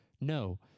No